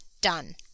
Done